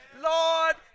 Lord